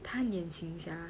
他年轻 sia